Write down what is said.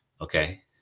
Okay